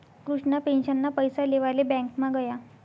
कृष्णा पेंशनना पैसा लेवाले ब्यांकमा गया